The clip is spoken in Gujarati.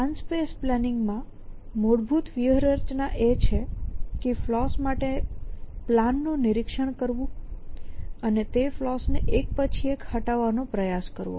પ્લાન સ્પેસ પ્લાનિંગ માં મૂળભૂત વ્યૂહરચના એ છે કે ફલૉસ માટે પ્લાન નું નિરીક્ષણ કરવું અને તે ફલૉસ ને એક પછી એક હટાવવાનો પ્રયાસ કરવો